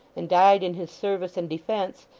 and died in his service and defence,